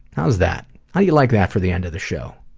how is that, how you like that for the end of the show?